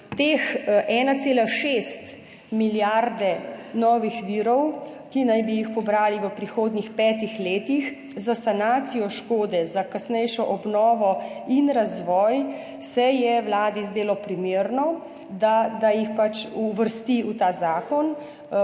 za 1,6 milijarde evrov novih virov, ki naj bi jih pobrali v prihodnjih petih letih za sanacijo škode, za kasnejšo obnovo in razvoj, Vladi zdelo primerno, da jih pač uvrsti v ta zakon,